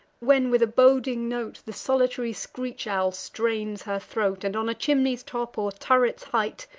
when with a boding note the solitary screech owl strains her throat, and, on a chimney's top, or turret's height,